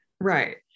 right